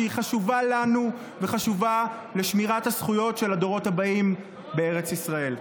שהיא חשובה לנו וחשובה לשמירת הזכויות של הדורות הבאים בארץ ישראל.